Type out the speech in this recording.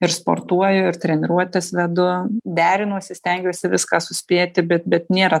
ir sportuoju ir treniruotes vedu derinuosi stengiuosi viską suspėti bet bet nėra